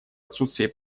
отсутствии